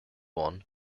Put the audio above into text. one